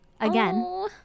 again